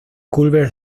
culver